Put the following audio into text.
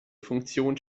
funktion